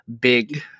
big